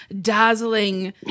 dazzling